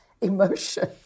emotion